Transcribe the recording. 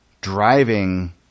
driving